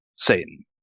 satan